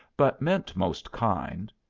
but meant most kind.